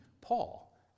Paul